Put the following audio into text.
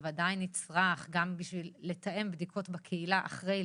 בוודאי נצרך וגם בשביל לתאם בדיקות בקהילה אחרי,